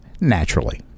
naturally